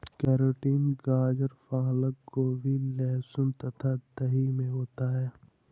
keratin गाजर पालक गोभी लहसुन तथा दही में होता है